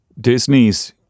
Disney's